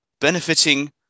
benefiting